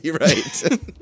Right